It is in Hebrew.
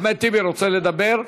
רוצה לדבר?